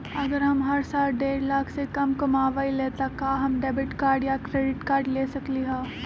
अगर हम हर साल डेढ़ लाख से कम कमावईले त का हम डेबिट कार्ड या क्रेडिट कार्ड ले सकली ह?